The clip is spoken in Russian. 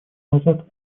назад